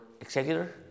executor